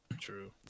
True